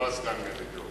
לא הסגן מרידור.